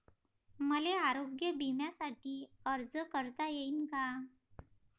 मले आरोग्य बिम्यासाठी अर्ज करता येईन का?